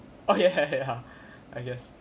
ya I guess